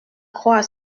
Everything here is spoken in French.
croire